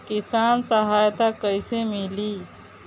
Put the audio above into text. किसान सहायता कईसे मिली?